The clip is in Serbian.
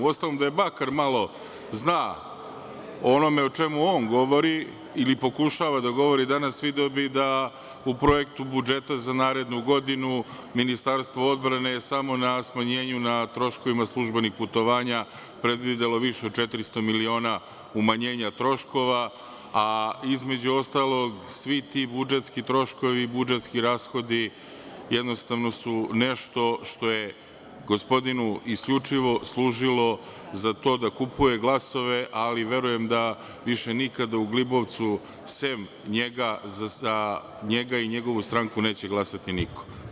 Uostalom, da makar malo zna o onome o čemu on govori, ili pokušava da govori, video bi da u projektu budžeta za narednu godinu Ministarstvo odbrane je samo na smanjenju na troškovima službenih putovanja predvidelo više od 400 miliona umanjenja troškova a, između ostalog, svi ti budžetski troškovi i budžetski rashodi, jednostavno su nešto što je gospodinu isključivo služilo za to da kupuje glasove, ali verujem da više nikada u Glibovcu sem za njega i za njegovu stranku neće glasati niko.